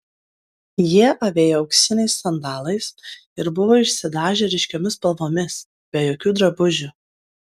jie avėjo auksiniais sandalais ir buvo išsidažę ryškiomis spalvomis be jokių drabužių